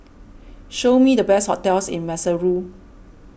show me the best hotels in Maseru